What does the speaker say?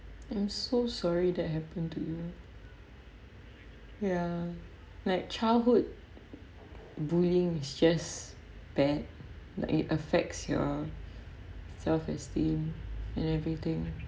I'm so sorry that happened to you ya like childhood bullying is just bad it affects your self esteem and everything